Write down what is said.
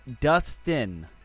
Dustin